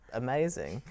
amazing